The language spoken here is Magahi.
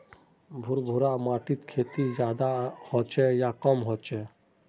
भुर भुरा माटिर खेती ज्यादा होचे या कम होचए?